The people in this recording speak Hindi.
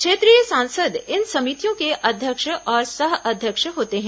क्षेत्रीय सांसद इन समितियों के अध्यक्ष और सह अध्यक्ष होते हैं